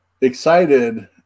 excited